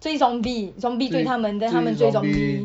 追 zombie zombie 追他们 then 他们追 zombie